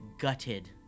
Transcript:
gutted